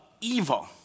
evil